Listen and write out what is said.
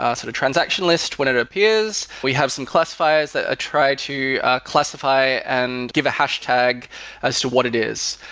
ah sort of transaction list, when it appeared, we have some classifiers that try to ah classify and give a hash tag as to what it is.